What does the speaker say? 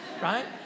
right